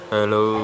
Hello